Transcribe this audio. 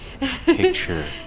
Picture